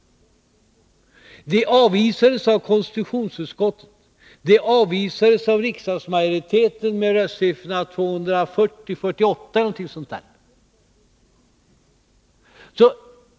Förslaget avvisades av konstitutionsutskottet. Det avvisades av riksdagsmajoriteten med röstsiffrorna 248 mot 240 eller något sådant.